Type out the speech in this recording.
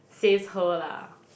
says her lah